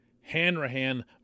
Hanrahan